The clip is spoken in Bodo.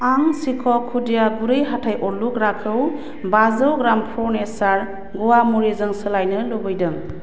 आं चिक' खुदिया गुरै हाथाइ अरलुग्राखौ बाजौ ग्राम प्र' नेचार गुवा मुरिजों सोलायनो लुबैदों